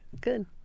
good